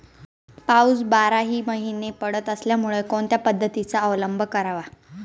पाऊस बाराही महिने पडत असल्यामुळे कोणत्या पद्धतीचा अवलंब करावा?